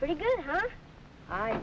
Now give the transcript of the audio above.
pretty good